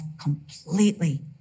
completely